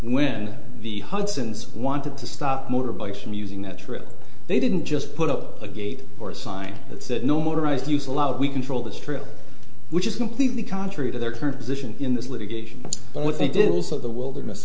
when the hudson's wanted to stop motorbikes from using that trip they didn't just put up a gate or a sign that said no motorized use allowed we control this trail which is completely contrary to their current position in this litigation but what they did also the wilderness